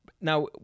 Now